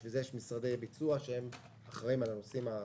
בשביל זה יש משרדי ביצוע שאחראים על הנושאים הספציפיים.